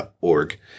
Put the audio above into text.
org